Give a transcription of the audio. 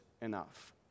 enough